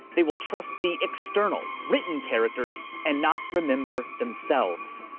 they will trust the external written characters and not remember themselves.